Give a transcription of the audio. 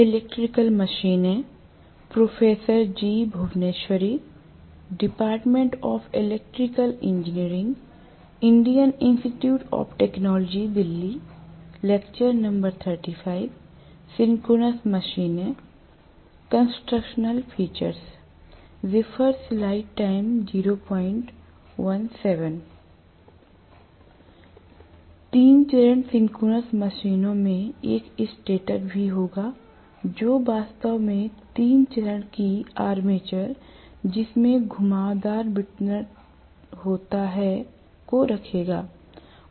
तीन चरण सिंक्रोनस मशीनों में एक स्टेटर भी होगा जो वास्तव में तीन चरण की आर्मेचर जिसमें घुमावदार वितरण होगाको रखेगा